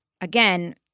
again